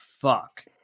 fuck